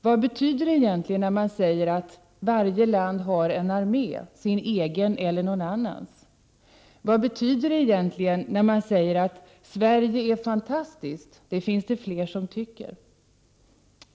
Vad betyder det egentligen när man säger att ”Varje land har en armé, sin egen eller någon annans.”? Vad betyder det egentligen när man säger att ”Sverige är fantastiskt — det finns det fler som tycker.”?